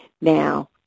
Now